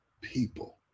people